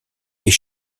est